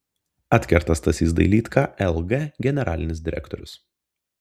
atkerta stasys dailydka lg generalinis direktorius